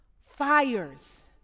fires